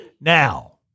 Now